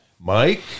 Mike